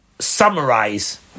Summarize